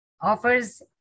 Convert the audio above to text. offers